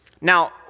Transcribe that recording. Now